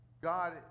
God